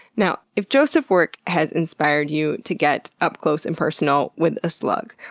now, if joseph's work has inspired you to get up close and personal with a slug,